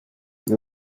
you